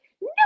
no